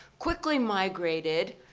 quickly migrated,